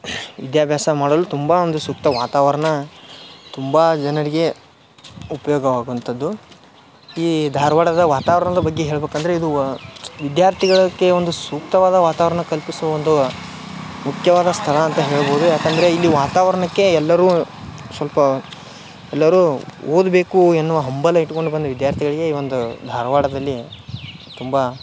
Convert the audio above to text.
ವಿದ್ಯಾಭ್ಯಾಸ ಮಾಡಲು ತುಂಬ ಒಂದು ಸೂಕ್ತ ವಾತಾವರ್ಣ ತುಂಬ ಜನರಿಗೆ ಉಪಯೋಗ ಆಗುವಂಥದ್ದು ಈ ಧಾರ್ವಾಡದ ವಾತಾವರಣದ ಬಗ್ಗೆ ಹೇಳ್ಬೇಕು ಅಂದರೆ ಇದು ವಿದ್ಯಾರ್ಥಿಗಳಿಗೆ ಒಂದು ಸೂಕ್ತವಾದ ವಾತಾವರಣ ಕಲ್ಪಿಸುವ ಒಂದು ಮುಖ್ಯವಾದ ಸ್ಥಳ ಅಂತ ಹೇಳ್ಬೋದು ಯಾಕೆಂದರೆ ಇಲ್ಲಿ ವಾತಾವರಣಕ್ಕೆ ಎಲ್ಲರು ಸ್ವಲ್ಪ ಎಲ್ಲರೂ ಓದಬೇಕು ಎನ್ನುವ ಹಂಬಲ ಇಟ್ಕೊಂಡು ಬಂದು ವಿದ್ಯಾರ್ಥಿಗಳಿಗೆ ಈ ಒಂದು ಧಾರ್ವಾಡದಲ್ಲಿ ತುಂಬ